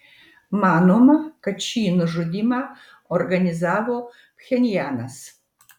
manoma kad šį nužudymą organizavo pchenjanas